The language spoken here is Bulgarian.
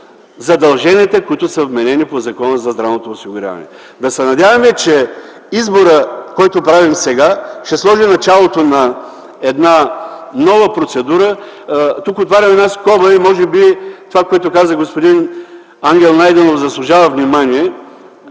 задълженията, които са вменени по Закона за здравното осигуряване. Да се надяваме, че изборът, който правим сега, ще сложи началото на една нова процедура. Тук отварям една скоба – може би това, което каза господин Ангел Найденов, заслужава внимание.